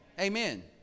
Amen